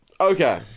Okay